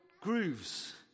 grooves